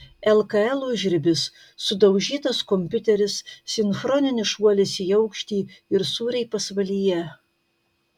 lkl užribis sudaužytas kompiuteris sinchroninis šuolis į aukštį ir sūriai pasvalyje